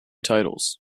titles